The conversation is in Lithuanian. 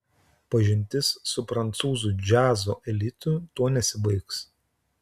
pažintis su prancūzų džiazo elitu tuo nesibaigs